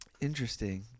interesting